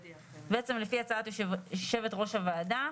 אז בעצם לפי הצעת יושבת הראש הוועדה,